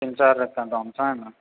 तीन चारि रंग के दाम छनि